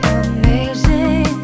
amazing